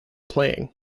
playing